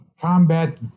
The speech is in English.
combat